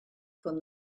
from